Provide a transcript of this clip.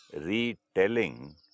retelling